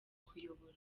kuyobora